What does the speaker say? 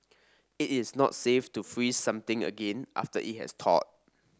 it is not safe to freeze something again after it has thawed